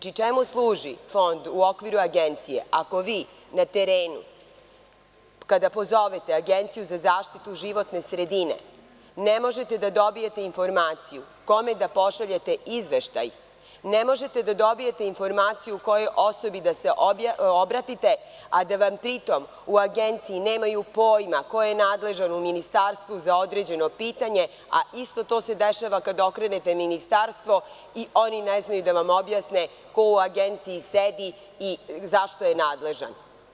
Čemu služi Fond u okviru Agencije ako vi na terenu kada pozovete Agenciju za zaštitu životne sredine ne možete da dobijete informaciju kome da pošaljete izveštaj, ne možete da dobijete informaciju kojoj osobi da se obratite a da pri tom u Agenciji nemaju pojma koje je nadležno ministarstvo za određeno pitanje, a isto to se dešava kada okrenete ministarstvo, i oni ne znaju da vam objasne ko u Agenciji sedi i za šta je nadležan.